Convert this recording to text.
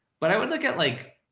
but i would look at like,